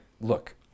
look